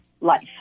life